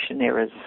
errors